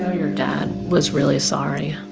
your dad was really sorry?